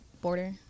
border